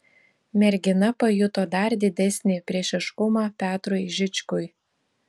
mergina pajuto dar didesnį priešiškumą petrui žičkui